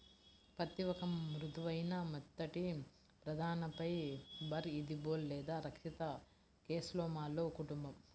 పత్తిఒక మృదువైన, మెత్తటిప్రధానఫైబర్ఇదిబోల్ లేదా రక్షిత కేస్లోమాలో కుటుంబం